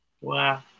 Wow